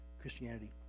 Christianity